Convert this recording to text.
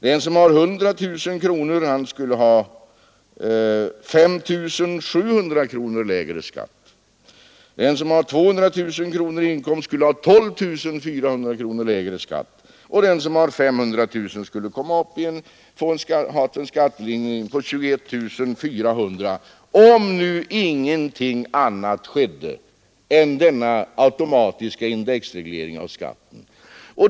Den som har 100 000 kronors inkomst skulle ha 5 700 kronor lägre skatt, den som har 200 000 kronor skulle ha 12 400 kronor lägre skatt, och den som har 500 000 kronor skulle få en skattelindring på 21 400 kronor, om nu ingenting annat skedde än denna automatiska indexreglering av skatten.